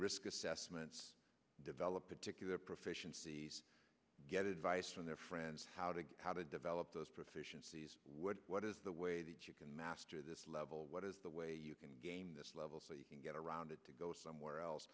risk assessments develop particular proficiency get advice from their friends how to how to develop those proficiency what what is the way that you can master this lead well what is the way you can game this level so you can get around it to go somewhere else